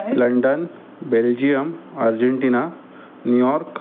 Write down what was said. London Belgium Argentina New York